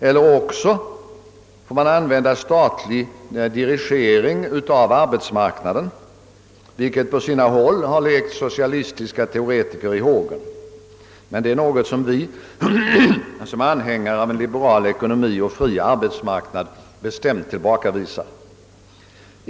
Eller också får man använda statlig dirigering av arbetsmarknaden, vilket på sina håll har lekt socialistiska teoretiker i hågen; men detta är något som vi såsom anhängare av liberal ekonomi och fri arbetsmarknad bestämt tillbakavisar.